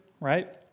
right